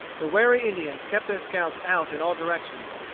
the wary indians kept their scouts out in all directions.